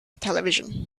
television